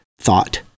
thought